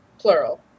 plural